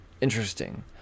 interesting